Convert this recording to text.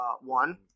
one